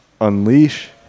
unleash